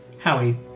Howie